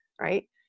right